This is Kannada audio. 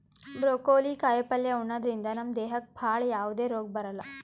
ಬ್ರೊಕೋಲಿ ಕಾಯಿಪಲ್ಯ ಉಣದ್ರಿಂದ ನಮ್ ದೇಹಕ್ಕ್ ಭಾಳ್ ಯಾವದೇ ರೋಗ್ ಬರಲ್ಲಾ